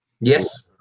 Yes